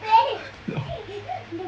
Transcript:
no